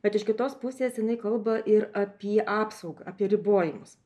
bet iš kitos pusės jinai kalba ir apie apsaugą apie ribojimus